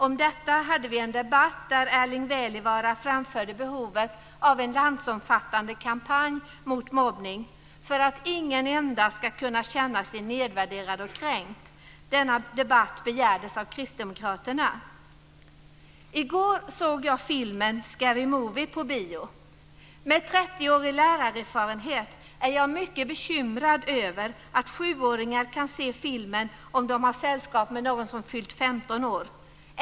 Om detta hade vi en debatt, där Erling Wälivaara framförde behovet av en landsomfattande kampanj mot mobbning för att ingen enda ska kunna känna sig nedvärderad och kränkt. Denna debatt begärdes av I går såg jag filmen Scary Movie på bio. Med 30 årig lärarerfarenhet är jag mycket bekymrad över att sjuåringar kan se filmen om de har sällskap med någon som fyllt 15 år.